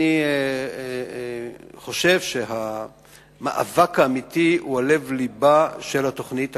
אני חושב שהמאבק האמיתי הוא לב-לבה של התוכנית הכלכלית.